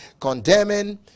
condemning